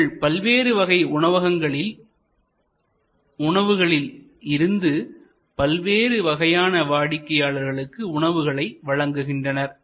இவர்கள் பல்வேறு வகை உணவகங்களில் இருந்து பல்வேறு வகையான வாடிக்கையாளர்களுக்கு உணவுகளை வழங்குகின்றனர்